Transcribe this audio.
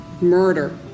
murder